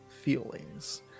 feelings